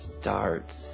starts